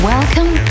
Welcome